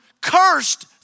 cursed